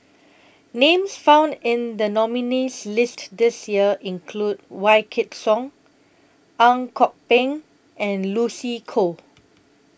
Names found in The nominees' list This Year include Wykidd Song Ang Kok Peng and Lucy Koh